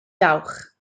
dawch